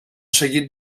seguit